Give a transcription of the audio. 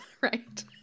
right